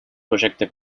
projecte